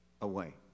away